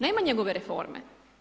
Nema njegove reforme.